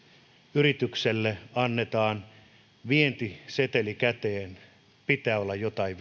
yritykselle annetaan vientiseteli käteen pitää olla jotain